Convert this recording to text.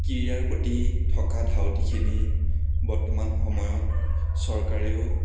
ক্ৰীড়াৰ প্ৰতি থকা ধাউতিখিনি বৰ্তমান সময়ত চৰকাৰেও